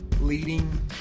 leading